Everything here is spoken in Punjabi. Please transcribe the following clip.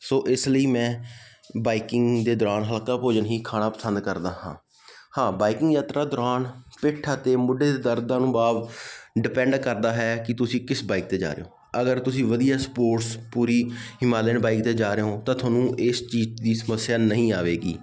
ਸੋ ਇਸ ਲਈ ਮੈਂ ਬਾਈਕਿੰਗ ਦੇ ਦੌਰਾਨ ਹਲਕਾ ਭੋਜਨ ਹੀ ਖਾਣਾ ਪਸੰਦ ਕਰਦਾ ਹਾਂ ਹਾਂ ਬਾਈਕਿੰਗ ਯਾਤਰਾ ਦੌਰਾਨ ਪਿੱਠ ਅਤੇ ਮੋਢੇ ਦੇ ਦਰਦ ਅਨੁਬਾਬ ਡਿਪੈਂਡ ਕਰਦਾ ਹੈ ਕਿ ਤੁਸੀਂ ਕਿਸ ਬਾਈਕ 'ਤੇ ਜਾ ਰਹੇ ਹੋ ਅਗਰ ਤੁਸੀਂ ਵਧੀਆ ਸਪੋਰਟਸ ਪੂਰੀ ਹਿਮਾਲਿਅਨ ਬਾਈਕ 'ਤੇ ਜਾ ਰਹੇ ਹੋ ਤਾਂ ਤੁਹਾਨੂੰ ਇਸ ਚੀਜ਼ ਦੀ ਸਮੱਸਿਆ ਨਹੀਂ ਆਵੇਗੀ